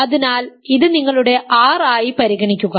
അതിനാൽ ഇത് നിങ്ങളുടെ R ആയി പരിഗണിക്കുക